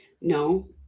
No